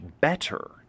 better